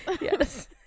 Yes